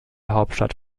hauptstadt